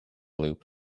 loop